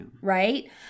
right